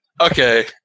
Okay